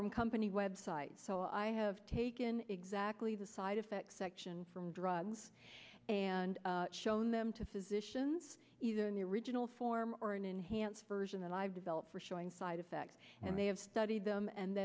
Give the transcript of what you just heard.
from company websites so i have taken exactly the side effects section from drugs and shown them to physicians either in the original form or an enhanced version that i've developed for showing side effects and they have studied them and